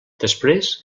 després